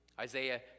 Isaiah